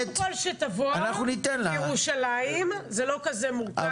קודם כל שתבוא, זה בירושלים, זה לא כזה מורכב.